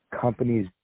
companies